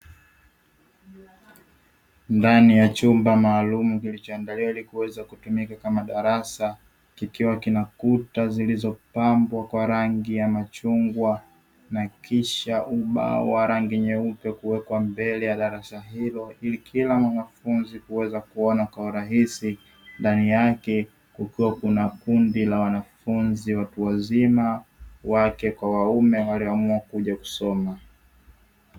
Ndani ya chumba maalumu kilichoandaliwa ili kuweza kutumika kama darasa kikiwa kinakuta zilizopambwa kwa rangi ya machungwa na kisha ubao wa rangi nyeupe kuwekwa mbele ya darasa hilo, ili kila mwanafunzi kuweza kuona kwa urahisi ndani yake kukiwa kuna kundi la wanafunzi watu wazima wake kwa waume walioamua kuja kusoma.